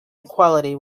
equality